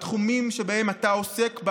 בתחומים שבהם אתה עוסק,